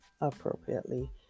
appropriately